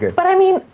yeah but, i mean,